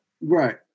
Right